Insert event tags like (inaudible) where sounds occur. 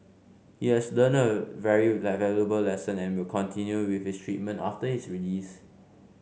he has learnt a very (unintelligible) valuable lesson and will continue with his treatment after his release